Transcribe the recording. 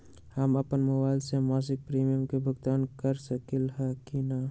हम अपन मोबाइल से मासिक प्रीमियम के भुगतान कर सकली ह की न?